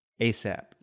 ASAP